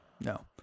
no